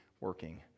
working